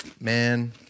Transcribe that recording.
Man